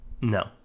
no